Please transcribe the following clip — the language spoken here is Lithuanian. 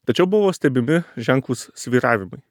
tačiau buvo stebimi ženklūs svyravimai